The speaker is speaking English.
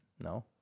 No